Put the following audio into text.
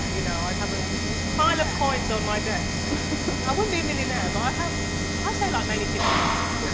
you know, i'd have a i mean pile of coins on my desk i wouldn't be a millionaire by how i say like, maybe fifty coins.